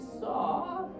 saw